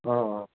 অঁ অঁ